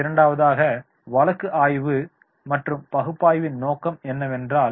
இரண்டாவதாக வழக்கு ஆய்வு மற்றும் பகுப்பாய்வின் நோக்கம் என்னெவென்றால்